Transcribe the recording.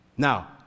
Now